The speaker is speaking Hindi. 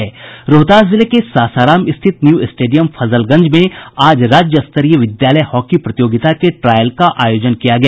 रोहतास जिले के सासाराम स्थित न्यू स्टेडियम फजलगंज में आज राज्यस्तरीय विद्यालय हॉकी प्रतियोगिता के ट्रायल का आयोजन किया गया